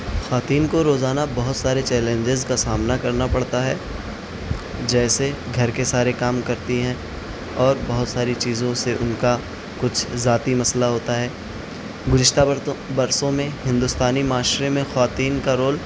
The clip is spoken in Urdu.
خواتین کو روزانہ بہت سارے چیلنجز کا سامنا کرنا پڑتا ہے جیسے گھر کے سارے کام کرتی ہیں اور بہت ساری چیزوں سے ان کا کچھ ذاتی مسئلہ ہوتا ہے گزشتہ برسوں میں ہندوستانی معاشرے میں خواتین کا رول